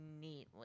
neatly